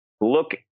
look